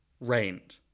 reigned